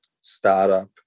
startup